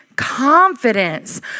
confidence